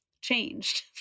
changed